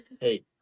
hey